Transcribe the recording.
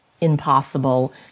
impossible